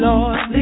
Lord